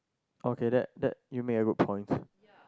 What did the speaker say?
okay that that you make a good point